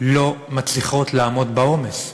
לא מצליחות לעמוד בעומס.